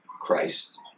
Christ